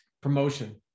promotion